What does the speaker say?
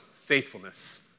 faithfulness